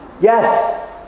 Yes